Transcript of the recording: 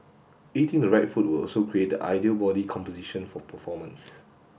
eating the right food will also create the ideal body composition for performance